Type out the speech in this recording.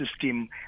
system